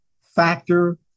factor